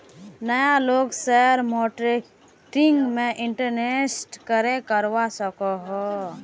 नय लोग share marketing में इंवेस्ट करे करवा सकोहो?